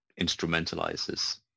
instrumentalizes